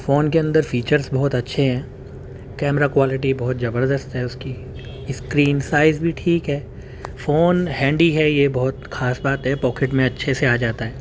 phone کے اندر features بہت اچھے ہیں کیمرہ کوالٹی بہت زبردست ہے اس کی اسکرین سائز بھی ٹھیک ہے فون ہینڈی ہے یہ بہت خاص بات ہے پاکٹ میں اچھے سے آ جاتا ہے